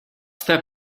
step